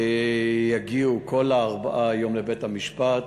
כל הארבעה יגיעו היום לבית-המשפט,